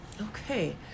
Okay